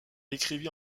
écrivit